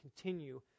continue